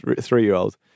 three-year-old